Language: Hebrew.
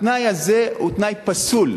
התנאי הזה הוא תנאי פסול.